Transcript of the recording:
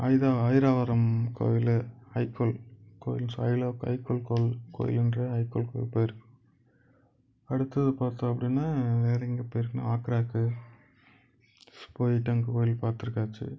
அயிதா அயிராவரம் கோவிலு ஹைகோ ஹைகோகோல் கோவிலூன்ற ஹைகோகோல் கோவில் அடுத்தது பார்த்தோம் அப்படினா வேற எங்கே போயிருக்கோம் ஆக்ராக்கு போயிட்டு அங்கே கோவில் பார்த்துருக்காச்சி